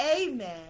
Amen